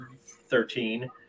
thirteen